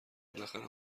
بالاخره